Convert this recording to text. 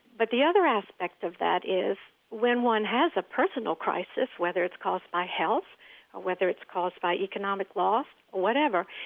but the other aspect of that is when one has a personal crisis, whether it's caused by health or whether it's caused by economic loss or whatever,